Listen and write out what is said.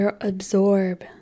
absorb